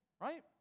right